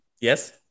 yes